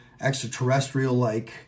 extraterrestrial-like